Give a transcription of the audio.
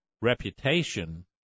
reputation